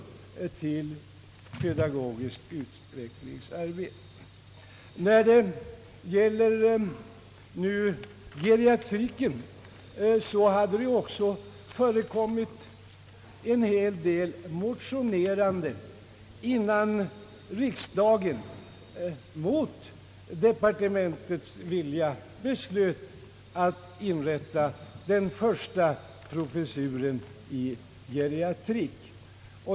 Också när det gäller geriatriken hade en hel del motionerande förekommit innan riksdagen, mot departementets vilja, beslöt inrätta den första professuren i geriatrik.